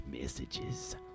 messages